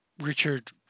Richard